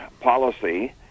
policy